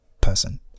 person